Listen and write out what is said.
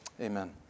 Amen